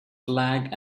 flag